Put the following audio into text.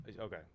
okay